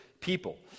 people